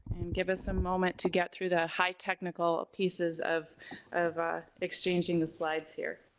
and give us a moment to get through the high technical pieces of of ah exchanging the slides here.